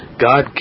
God